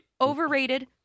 overrated